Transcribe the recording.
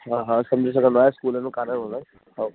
हा हा सम्झी सघंदो आहियां स्कूल में किथे हूंदो हा